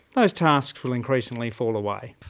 those tasks will increasingly fall away.